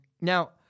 Now